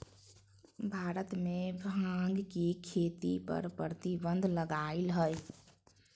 भारत में भांग के खेती पर प्रतिबंध लगल हइ